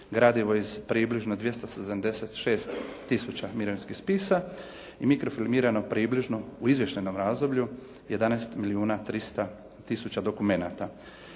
gradivo iz približno 276 tisuća mirovinskih spisa i mikrofilmirano približno u izvještajnom razdoblju 11 milijuna 300 tisuća dokumenata.